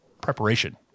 Preparation